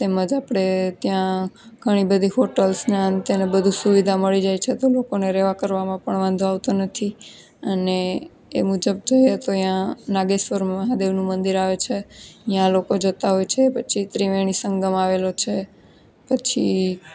તેમજ આપણે ત્યાં ઘણી બધી ફોટોસ ને આ અને તે અને બધી સુવિધા મળી રહે છે તો લોકોને રહેવા કરવામાં પણ વાંધો આવતો નથી અને એ મુજબ જોઈએ તો ત્યાં નાગેશ્વર મહાદેવનું મંદિર આવે છે યાં લોકો જતા હોય છે પછી ત્રિવેણી સંગમ આવેલો છે પછી